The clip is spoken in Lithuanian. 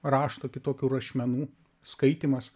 rašto kitokių rašmenų skaitymas